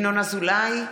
ינון אזולאי.